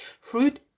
fruit